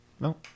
No